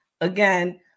Again